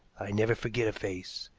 i never forget a face,